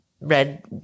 red